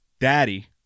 daddy